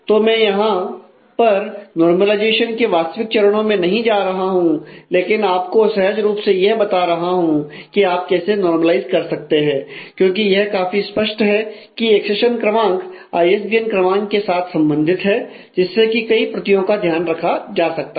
तो मैं यहां पर नॉर्मलाइजेशन के वास्तविक चरणों में नहीं जा रहा हूं लेकिन मैं आपको सहज रूप से यह बता रहा हूं कि आप कैसे नॉरमलाइज कर सकते हैं क्योंकि यह काफी स्पष्ट है की एक्सेशन क्रमांक आईएसबीएन क्रमांक के साथ संबंधित है जिससे कि कई प्रतियों का ध्यान रखा जा सकता है